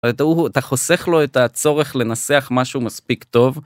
אתה חוסך לו את הצורך לנסח משהו מספיק טוב.